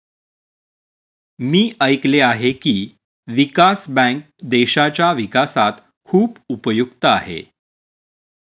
मी ऐकले आहे की, विकास बँक देशाच्या विकासात खूप उपयुक्त आहे